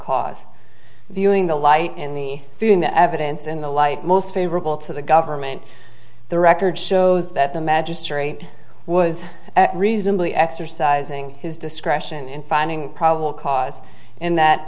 cause viewing the light in the film the evidence in the light most favorable to the government the record shows that the magistrate was reasonably exercising his discretion in finding probable cause in that